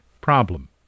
problem